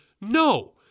No